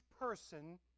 person